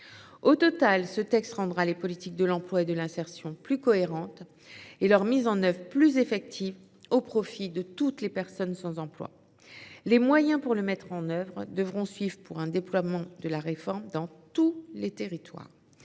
Au total, ce texte rendra les politiques de l’emploi et de l’insertion plus cohérentes, et leur mise en œuvre plus effective au profit de toutes les personnes sans emploi. Les moyens pour le mettre en application devront suivre, pour un déploiement de la réforme dans tous les territoires.